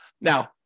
Now